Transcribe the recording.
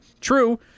True